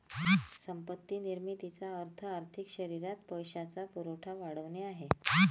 संपत्ती निर्मितीचा अर्थ आर्थिक शरीरात पैशाचा पुरवठा वाढवणे आहे